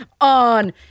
on